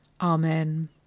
Amen